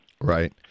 Right